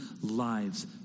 lives